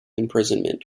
imprisonment